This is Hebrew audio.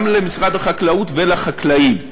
גם למשרד החקלאות ולחקלאים,